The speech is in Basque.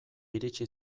iritsi